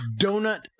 donut